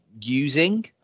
using